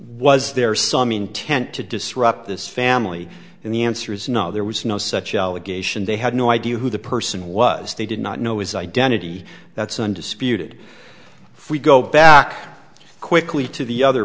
was there some intent to disrupt this family and the answer is no there was no such allegation they had no idea who the person was they did not know his identity that's undisputed free go back quickly to the other